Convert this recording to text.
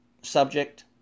subject